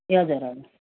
ए हजुर हजुर